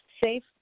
safe